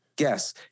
Yes